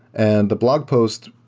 and the blog post,